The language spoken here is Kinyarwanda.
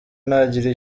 ntagire